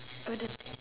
oh the